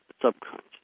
subconscious